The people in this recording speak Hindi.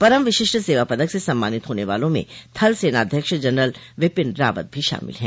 परम विशिष्ट सेवा पदक से सम्मानित होने वालों में थल सेनाध्यक्ष जनरल बिपिन रावत भी शामिल है